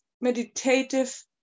meditative